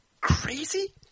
crazy